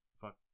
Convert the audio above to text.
fuck